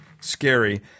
scary